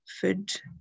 food